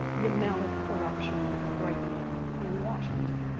the amount of corruption right now in washington.